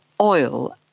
oil